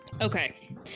Okay